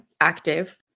active